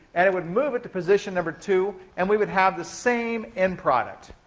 and it would move it to position number two, and we would have the same end product.